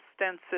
extensive